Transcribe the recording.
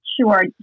Sure